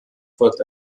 folgt